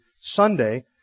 Sunday